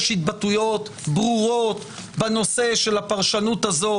לו התבטאויות ברורות בנושא של הפרשנות הזאת,